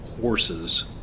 horses